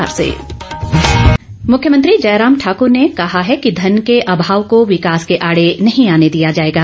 मुख्यमंत्री मुख्यमंत्री जयराम ठाकूर ने कहा है कि धन के अभाव को विकास के आड़े नहीं आने दिया जाएगा